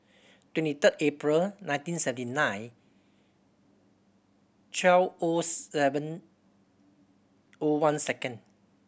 twenty third April nineteen seventy nine twelve O seven O one second